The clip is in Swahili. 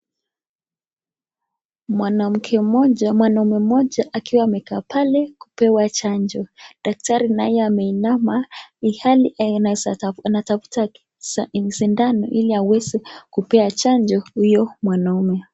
Mwanaume mmoja akiwa amekaa pale kupewa chanjo, daktari naye ameinama ihali anatafuta sindano ili aweze kupea chanjo huyo mwanaume.